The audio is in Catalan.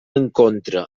encontre